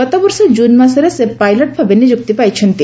ଗତବର୍ଷ ଜୁନ୍ ମାସରେ ସେ ପାଇଲଟ ଭାବେ ନିଯୁକ୍ତି ପାଇଛନ୍ତି